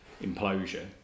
implosion